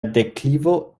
deklivo